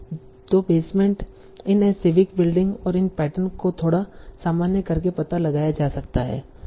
तों basement in a civic building और इन पैटर्न को थोड़ा सामान्य करके पता लगाया जा सकता है